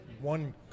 one